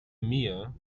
mir